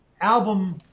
album